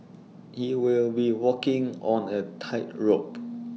he will be walking on A tightrope